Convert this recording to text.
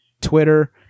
Twitter